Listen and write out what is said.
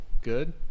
Good